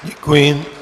Děkuji.